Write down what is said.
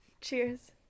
Cheers